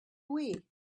wii